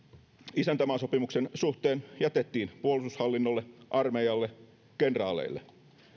isäntämaasopimuksen suhteen jätettiin puolustushallinnolle armeijalle kenraaleille